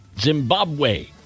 Zimbabwe